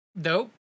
dope